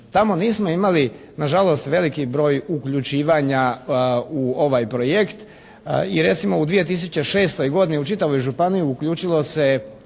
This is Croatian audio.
Tamo nismo imali nažalost veliki broj uključivanja u ovaj projekt i recimo u 2006. godini u čitavoj županiji uključilo se